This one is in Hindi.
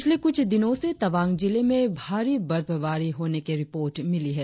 पिछले कुछ दिनों से तवांग जिले में भारी बर्फभारी होने की रिपोर्ट मिली है